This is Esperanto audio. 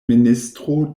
ministro